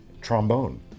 trombone